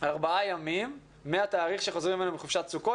ארבעה ימים מהתאריך שחוזרים מחופשת סוכות